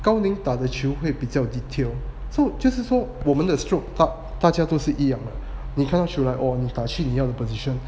高宁打的球会比较 so 就是说我们的 stroke 大大家都是一样的你看球来哦打去你要的 position